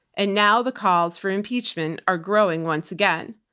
and now the calls for impeachment are growing once again.